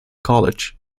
college